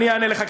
אענה לך.